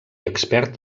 expert